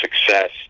success